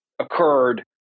occurred